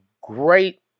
great